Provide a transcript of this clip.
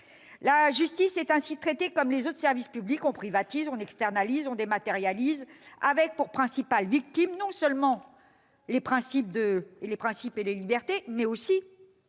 La justice est ainsi traitée comme les autres services publics : on privatise, on externalise, on dématérialise, avec pour principales victimes non seulement les principes et les libertés, mais aussi,